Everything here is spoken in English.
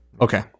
Okay